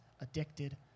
addicted